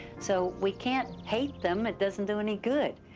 so we can't hate them, it doesn't do any good.